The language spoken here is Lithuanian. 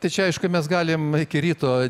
tai čia aišku mes galim iki ryto